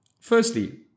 Firstly